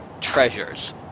treasures